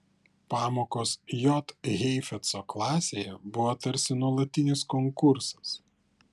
pamokos j heifetzo klasėje buvo tarsi nuolatinis konkursas